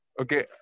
Okay